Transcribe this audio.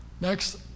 Next